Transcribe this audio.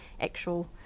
actual